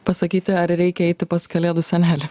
pasakyti ar reikia eiti pas kalėdų senelį